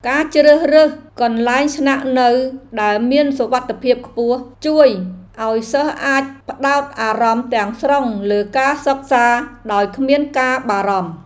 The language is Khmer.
ការជ្រើសរើសកន្លែងស្នាក់នៅដែលមានសុវត្ថិភាពខ្ពស់ ជួយឱ្យសិស្សអាចផ្តោតអារម្មណ៍ទាំងស្រុងលើការសិក្សាដោយគ្មានការបារម្ភ។